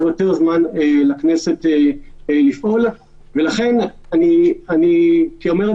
נוסעת לסופר, אני לא יכולה לתחמן?